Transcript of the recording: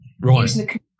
Right